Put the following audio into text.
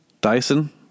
Dyson